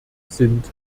sind